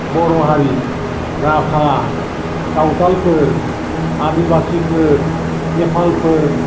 बर' हारि राभा सावथालफोर आदिबासिफोर नेफालिफोर